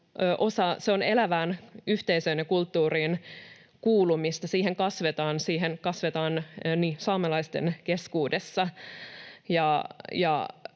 Se on elävään yhteisöön ja kulttuuriin kuulumista. Siihen kasvetaan. Siihen kasvetaan